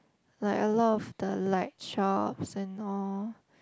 like a lot of the like shops and all